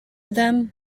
them